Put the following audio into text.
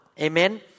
Amen